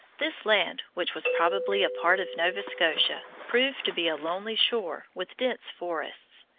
this land, which was probably a part of nova scotia, proved to be a lonely shore with dense forests.